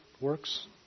works